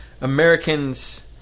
Americans